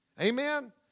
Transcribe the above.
amen